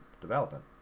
development